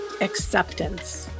acceptance